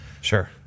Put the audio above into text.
Sure